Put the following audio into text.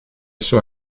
suo